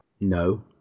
No